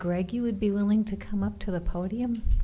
greg you would be willing to come up to the podium